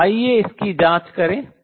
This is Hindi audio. तो आइए इसकी जांच करें